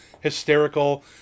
hysterical